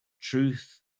truth